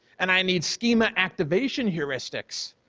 and i need schema activation heuristics.